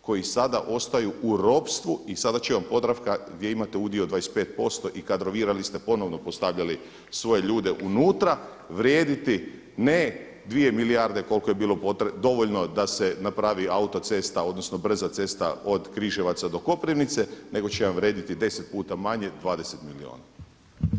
koji sada ostaju u ropstvu i sada će vam Podravka gdje imate udio 25% i kadrovirali ste ponovno, postavljali svoje ljude unutra vrijediti ne dvije milijarde koliko je bilo dovoljno da se napravi autocesta, odnosno brza cesta od Križevaca do Koprivnice, nego će vam vrijediti 10 puta manje 20 milijuna.